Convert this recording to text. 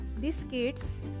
biscuits